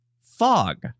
fog